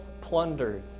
plundered